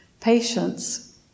patience